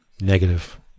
Negative